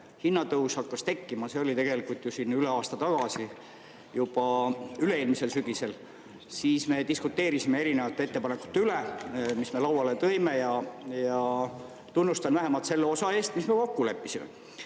hinnatõus hakkas tekkima, see oli tegelikult ju üle aasta tagasi, juba üle-eelmisel sügisel, siis me diskuteerisime erinevate ettepanekute üle, mis me lauale tõime. Tunnustan vähemalt selle eest, mis me kokku leppisime.